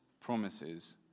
promises